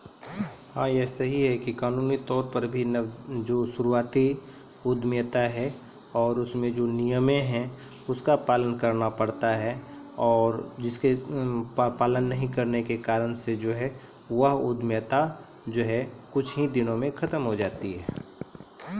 कानूनी तौर पर भी नवजात उद्यमिता मे बहुते नियम मानलो जाय छै